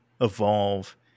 evolve